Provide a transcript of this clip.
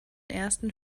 ersten